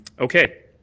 okay.